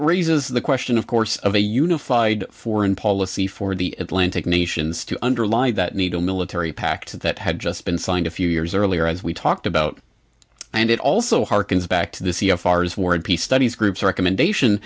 raises the question of course of a unified foreign policy for the atlantic nations to underlie that needle military pact that had just been signed a few years earlier as we talked about and it also harkens back to the c f r as war and peace studies groups recommendation